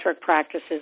practices